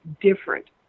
different